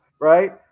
right